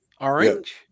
orange